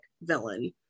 villain